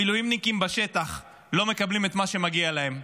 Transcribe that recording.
המילואימניקים בשטח לא מקבלים את מה שמגיע להם.